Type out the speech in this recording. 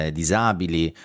disabili